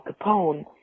Capone